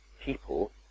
people